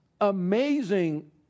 amazing